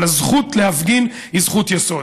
אבל הזכות להפגין היא זכות יסוד.